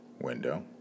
window